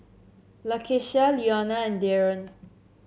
Lakeshia Leona and Daron